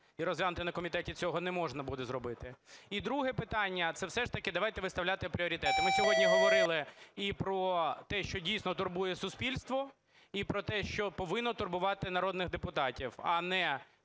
і розглянути на комітеті, цього не можна буде зробити. І друге питання, це все ж таки давайте виставляти пріоритети. Ми сьогодні говорили і про те, що дійсно турбує суспільство, і про те, що повинно турбувати народних депутатів, а не